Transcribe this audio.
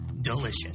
delicious